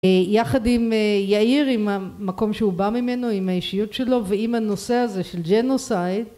יחד עם יאיר עם המקום שהוא בא ממנו עם האישיות שלו ועם הנושא הזה של ג'נוסייד